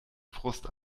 frust